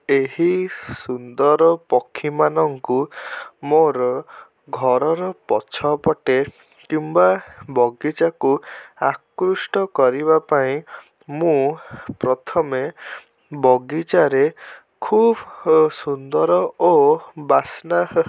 ଏହି ସୁନ୍ଦର ପକ୍ଷୀମାନଙ୍କୁ ମୋର ଘରର ପଛପଟେ କିମ୍ବା ବଗିଚାକୁ ଆକୃଷ୍ଟ କରିବାପାଇଁ ମୁଁ ପ୍ରଥମେ ବଗିଚାରେ ଖୁବ୍ ସୁନ୍ଦର ଓ ବାସ୍ନା